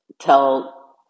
tell